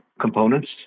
components